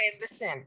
listen